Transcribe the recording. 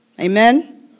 Amen